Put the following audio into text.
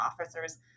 officers